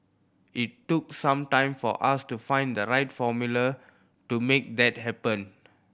it took some time for us to find the right formula to make that happen